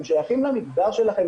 הם שייכים למגזר שלכם,